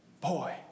Boy